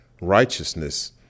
righteousness